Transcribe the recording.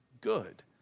good